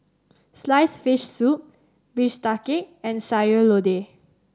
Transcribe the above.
sliced fish soup bistake and Sayur Lodeh